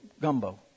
gumbo